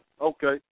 Okay